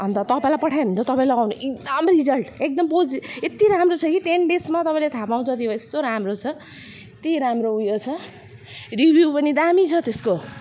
अन्त तपाईँलाई पठाएँ भने त तपाईँ लगाउनु एकदम रिजल्ट एकदम पोजि यत्ति राम्रो छ कि टेन डेजमा तपाईँले थाहा पाउँछ त्यो यस्तो राम्रो छ यत्ति राम्रो ऊ यो छ रिभ्यु पनि दामी छ त्यसको